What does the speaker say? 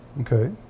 okay